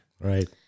right